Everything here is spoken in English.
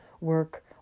work